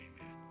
amen